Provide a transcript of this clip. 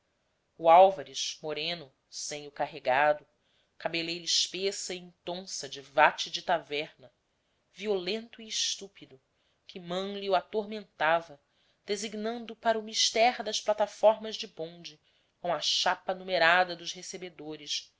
álvares moreno cenho carregado cabeleira espessa e intonsa de vate de taverna violento e estúpido que mânlio atormentava designando o para o mister das plataformas de bonde com a chapa numerada dos recebedores